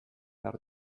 behar